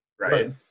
right